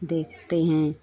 देखते हैं